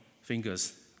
fingers